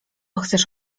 chcesz